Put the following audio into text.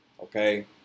Okay